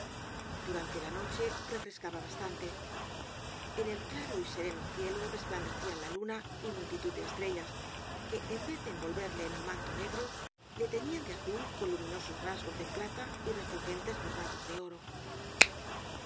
durante la noche re frescaba bastante en el claro y sereno cielo res plandecían la luna y multitud de estrellas que en vez de envolverle en un manto negro le teñían de azul con luminosos rasgos de plata y refulgentes bordados de oro